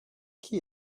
qui